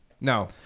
No